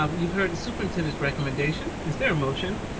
um you've heard the superintendent's recommendation is there a motion?